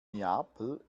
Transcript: neapel